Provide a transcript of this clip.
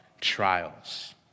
trials